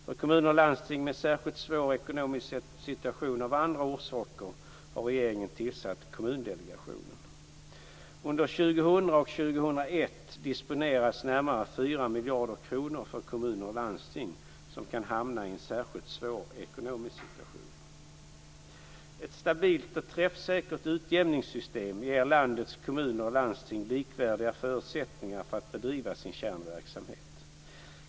För kommuner och landsting med särskilt svår ekonomisk situation av andra orsaker har regeringen tillsatt Kommundelegationen. Under 2000 och 2001 disponeras närmare 4 miljarder kronor för kommuner och landsting som kan hamna i en särskilt svår ekonomisk situation. Ett stabilt och träffsäkert utjämningssystem ger landets kommuner och landsting likvärdiga förutsättningar att bedriva sin kärnverksamhet.